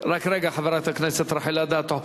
רק רגע, חברת הכנסת רחל אדטו.